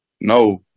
No